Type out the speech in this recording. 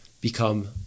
become